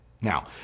Now